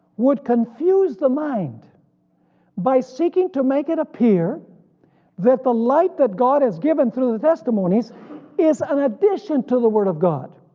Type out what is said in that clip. would confuse the mind by seeking to make it appear that the light that god has given through the testimonies is an addition to the word of god,